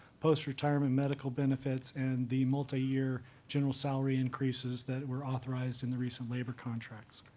post-retirement medical benefits, and the multi-year general salary increases that were authorized in the recent labor contracts.